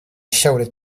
shouted